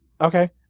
okay